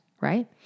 right